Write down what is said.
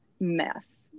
mess